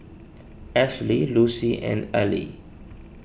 Ashley Lucy and Aili